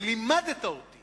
ולימדת אותי